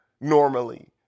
normally